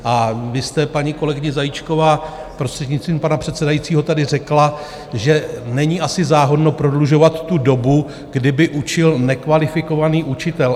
A vy jste, paní kolegyně Zajíčková, prostřednictvím pana předsedajícího, tady řekla, že není asi záhodno prodlužovat tu dobu, kdy by učil nekvalifikovaný učitel.